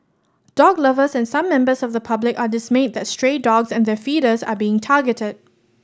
dog lovers and some members of the public are dismayed that stray dogs and their feeders are being targeted